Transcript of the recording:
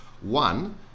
One